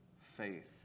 Faith